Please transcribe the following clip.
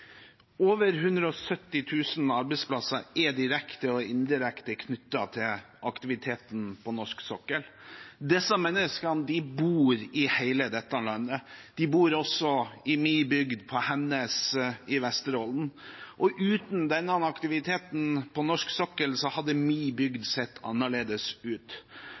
Over 170 000 arbeidsplasser er direkte og indirekte knyttet til aktiviteten på norsk sokkel. Disse menneskene bor i hele dette landet. De bor også i min bygd, på Hennes i Vesterålen, og uten denne aktiviteten på norsk sokkel hadde min bygd sett annerledes ut.